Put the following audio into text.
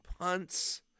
punts